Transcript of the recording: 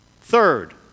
Third